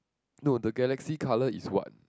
no the galaxy colour is what